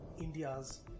India's